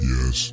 Yes